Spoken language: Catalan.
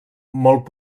molt